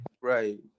Right